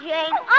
Jane